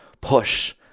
push